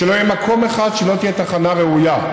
שלא יהיה מקום אחד שלא תהיה בו תחנה ראויה.